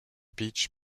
beach